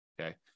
Okay